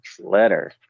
letter